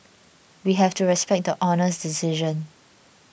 we have to respect the Honour's decision